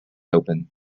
open